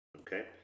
Okay